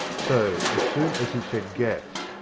so, as soon as he said gas,